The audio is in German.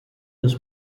des